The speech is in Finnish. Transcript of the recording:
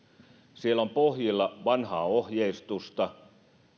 siellä on pohjilla vanhaa ohjeistusta